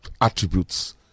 attributes